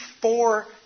four